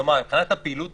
כלומר, מבחינת הפעילות